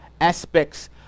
aspects